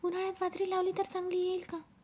उन्हाळ्यात बाजरी लावली तर चांगली येईल का?